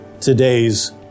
today's